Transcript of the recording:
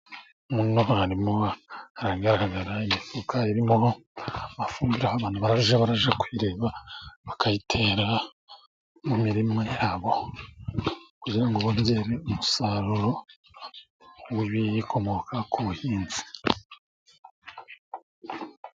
Muno harimo hagaragara imifuka irimo amafumbira, abantu bajya bakajya kuyireba bakayitera mu mirima yabo, kugira ngo bongere umusaruro w'ibiyikomoka ku buhinzi.